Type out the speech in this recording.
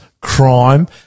crime